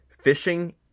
Fishing